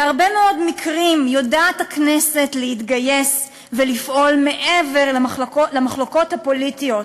בהרבה מאוד מקרים יודעת הכנסת להתגייס ולפעול מעבר למחלוקות הפוליטיות.